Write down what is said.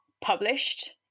published